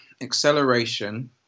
acceleration